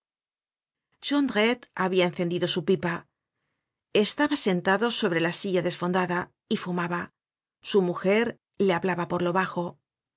habia encendido su pipa estaba sentado sobre la silla desfondada y fumaba su mujer le hablaba por lo bajo